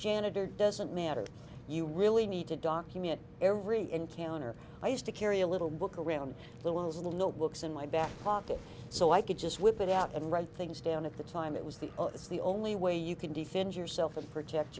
janitor doesn't matter you really need to document every encounter i used to carry a little book around looms in the notebooks in my back pocket so i could just whip it out and write things down at the time it was the this is the only way you can defend yourself and protect